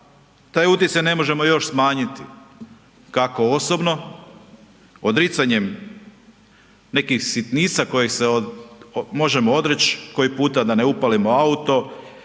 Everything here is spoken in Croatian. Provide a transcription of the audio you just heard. taj utjecaj ne možemo još smanjiti, kako osobno odricanjem nekih sitnica kojih se možemo odreći koji puta da ne upalimo auto,